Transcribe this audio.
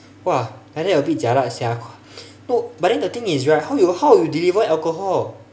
!wah! like that a bit jialat sia no but then the thing is right how you how you deliver alcohol